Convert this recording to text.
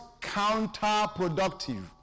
counterproductive